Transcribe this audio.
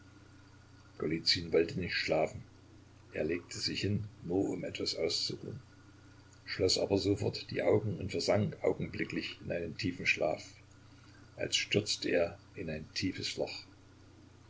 wollte nicht schlafen er legte sich hin nur um etwas auszuruhen schloß aber sofort die augen und versank augenblicklich in einen tiefen schlaf als stürzte er in ein tiefes loch